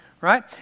right